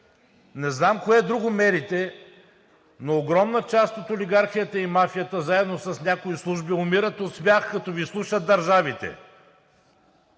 Не знам кое друго мерите, но огромна част от олигархията и мафията, заедно с някои служби умират от смях, като Ви слушат държавите.